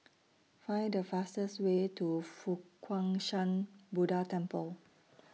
Find The fastest Way to Fo Guang Shan Buddha Temple